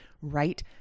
right